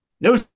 no